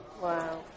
wow